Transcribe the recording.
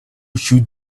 should